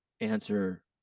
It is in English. answer